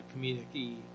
comedic